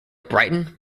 brighton